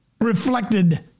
reflected